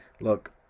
look